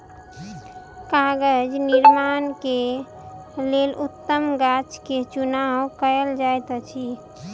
कागज़ निर्माण के लेल उत्तम गाछ के चुनाव कयल जाइत अछि